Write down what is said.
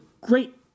great